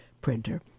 printer